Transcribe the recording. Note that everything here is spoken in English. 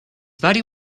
body